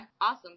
awesome